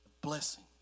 blessing